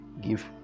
give